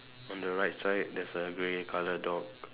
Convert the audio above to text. on the right side there's a grey colour dog